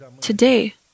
Today